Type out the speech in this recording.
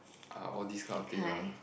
are all these kind of thing lah